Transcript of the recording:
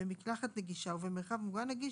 במקלחת נגישה ובמרחב מוגן נגיש,